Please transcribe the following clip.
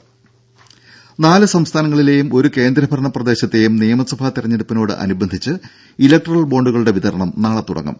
ദേദ നാൽ സംസ്ഥാനങ്ങളിലേയും ഒരു കേന്ദ്രഭരണ പ്രദേശത്തേയും നിയമസഭാ തിരഞ്ഞെടുപ്പിനോടനുബന്ധിച്ച് ഇലക്ടറൽ ബോണ്ടുകളുടെ വിതരണം നാളെ തുടങ്ങും